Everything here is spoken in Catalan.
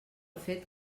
fet